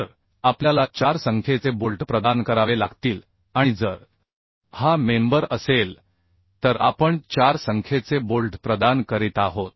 तर आपल्याला चार संख्येचे बोल्ट प्रदान करावे लागतील आणि जर हा मेंबर असेल तर आपण चार संख्येचे बोल्ट प्रदान करीत आहोत